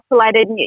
isolated